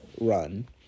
run